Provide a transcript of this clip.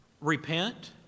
repent